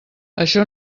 això